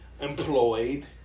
employed